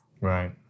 Right